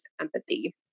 empathy